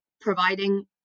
providing